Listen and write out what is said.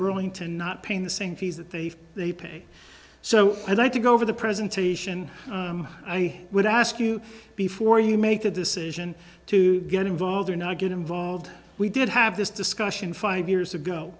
burlington not paying the same fees that they they pay so i'd like to go over the presentation i would ask you before you make a decision to get involved or not get involved we did have this discussion five years ago